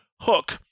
hook